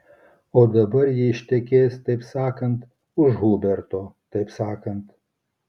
o dabar ji ištekės taip sakant už huberto taip sakant